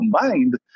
combined